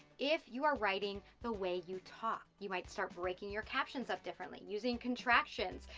if you are writing the way you talk. you might start breaking your captions up differently. using contractions,